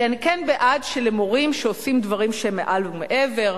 כי אני כן בעד תגמול של מורים שעושים דברים שהם מעל ומעבר,